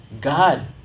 God